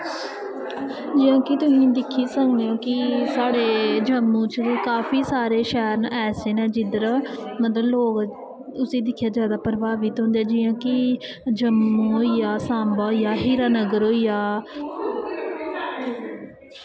जियां कि तुस दिक्खी सकनें ओ कि साढ़े जम्मू काफी सारे शैह्र ऐसे न मतलव जिध्दर उसी दिक्खियै जादा प्रभावित होंदे जियां कि जम्मू होइया सांबा होईया हीरानगर होइया